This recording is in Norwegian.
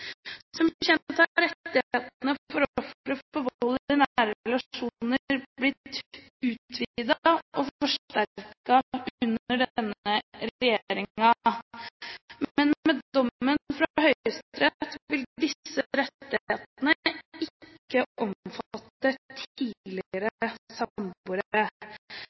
Som kjent har rettighetene for ofre for vold i nære relasjoner blitt utvidet og forsterket under denne regjeringen, men med dommen fra Høyesterett vil disse rettighetene ikke omfatte tidligere